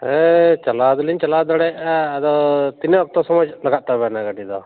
ᱦᱮᱸ ᱪᱟᱞᱟᱣ ᱫᱚᱞᱤᱧ ᱪᱟᱞᱟᱣ ᱫᱟᱲᱮᱭᱟᱜᱼᱟ ᱟᱫᱚ ᱛᱤᱱᱟᱹᱜ ᱚᱠᱛᱚ ᱥᱚᱢᱚᱭ ᱞᱟᱜᱟᱜ ᱛᱟᱵᱮᱱᱟ ᱜᱟᱹᱰᱤ ᱫᱚ